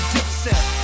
Dipset